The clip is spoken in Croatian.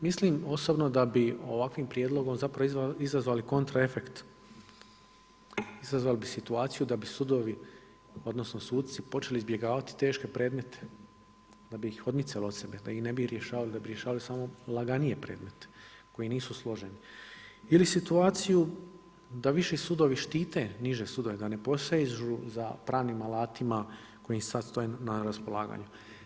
Mislim osobno da bi ovakvim prijedlogom zapravo izazvali kontraefekt, izazvali bi situaciju da bi sudovi odnosno suci počeli izbjegavati teške predmete, da bi ih odmicali od sebe, da ih ne bi rješavali, da bi rješavali samo laganije predmete koji nisu složeni ili situaciju da viši sudovi štite niže sudove, da ne posežu za pravnim alatima koji im sad stoje na raspolaganju.